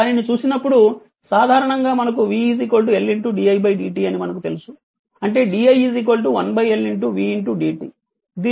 దానిని చూసినప్పుడు సాధారణంగా మనకు v L di dt అని మనకు తెలుసు అంటే di 1 L v dt